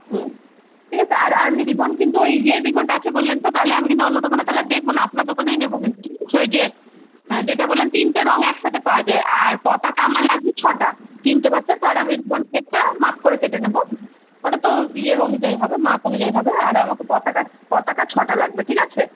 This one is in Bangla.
হুম ঠিক আছে আর আমি রিবন কিন্তু ওই ইয়ের রিবনটা আছে বললেন তো তাহলে আমি কিন্তু অন্য দোকানে তাহলে আর দেখবো না আপনার দোকানেই নেবো কিন্তু ঠিক আছে ঐ যে যেটা বললেন তিনটে রঙ একসাথে পাওয়া যায় আর পতাকা আমার লাগবে ছটা তিনটে বাচ্চার রিবন সেটটা মাপ করে কেটে নেবো ওটাতো ইয়ে অনুযায়ী হবে মাপ অনুযায়ী হবে আর আমাকে পতাকা পতাকা ছটা লাগবে ঠিক আছে